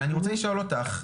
ואני רוצה לשאול אותך,